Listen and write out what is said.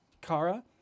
Kara